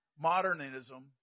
modernism